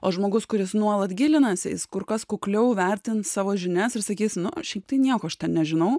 o žmogus kuris nuolat gilinasi jis kur kas kukliau vertins savo žinias ir sakys nu šiaip tai nieko nežinau